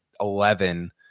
eleven